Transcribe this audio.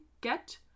get